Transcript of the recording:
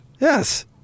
Yes